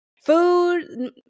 food